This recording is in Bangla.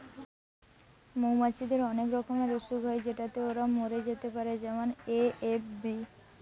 মৌমাছিদের অনেক রকমের অসুখ হয় যেটাতে ওরা মরে যেতে পারে যেমন এ.এফ.বি